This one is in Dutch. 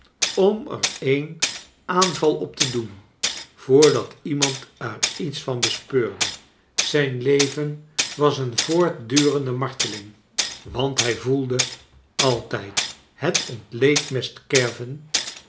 om er een aanval op te doen voordat iemand er iets van bespeurde zijn leven was een voortdurende rnarteling want hij vcelde altijd het ontleedmes kerven